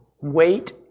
Wait